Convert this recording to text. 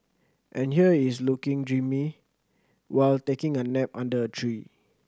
and here is looking dreamy while taking a nap under a tree